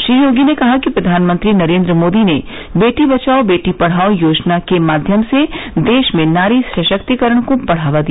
श्री योगी ने कहा कि प्रधानमंत्री नरेंद्र मोदी ने बेटी बचाओ बेटी पढ़ाओ योजना के माध्यम से देश में नारी सशक्तिकरण को बढ़ावा दिया